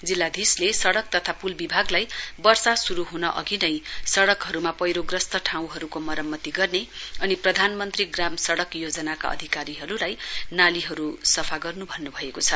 जिल्लाधीशले सडक तथा प्ल विभागलाई वर्षा श्रू अघि नै सडकहरूमा पैह्रोग्रस्त ठाउँहरूको मरम्मति गर्ने अनि प्रधानमन्त्री ग्राम सडक योजनाका अधिकारीहरूलाई नालीहरू सफा गर्ने दिशातर्फ पहल गर्नु भन्नु भएको छ